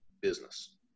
business